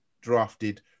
drafted